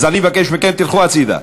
אז אני מבקש מכם, תלכו הצדה.